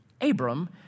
Abram